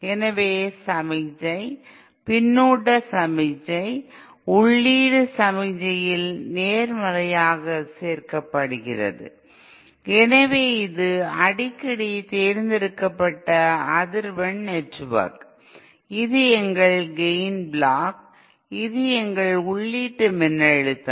எனவே சமிக்ஞை பின்னூட்ட சமிக்ஞை உள்ளீட்டு சமிக்ஞையில் நேர்மறையாக சேர்க்கப்படுகிறது எனவே இது அடிக்கடி தேர்ந்தெடுக்கப்பட்ட அதிர்வெண் நெட்வொர்க் இது எங்கள் கேய்ன் பிளாக் இது எங்கள் உள்ளீட்டு மின்னழுத்தம்